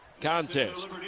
contest